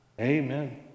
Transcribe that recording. Amen